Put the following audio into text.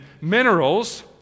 minerals—